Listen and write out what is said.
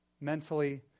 mentally